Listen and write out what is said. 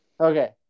Okay